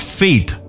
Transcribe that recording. faith